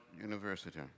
University